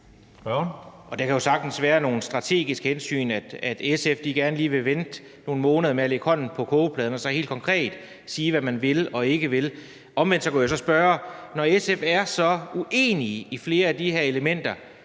Det kan jo sagtens være af nogle strategiske hensyn, at SF gerne lige vil vente nogle måneder med at lægge hånden på kogepladen og så helt konkret sige, hvad man vil og ikke vil. Omvendt kunne jeg så spørge: Når SF er så uenige i flere af de her elementer,